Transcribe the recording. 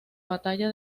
batalla